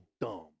dumb